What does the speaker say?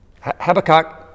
Habakkuk